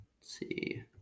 see